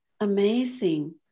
amazing